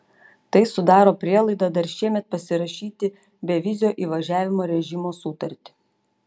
tai sudaro prielaidą dar šiemet pasirašyti bevizio įvažiavimo režimo sutartį